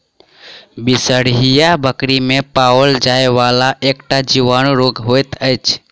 बिसरहिया बकरी मे पाओल जाइ वला एकटा जीवाणु रोग होइत अछि